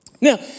Now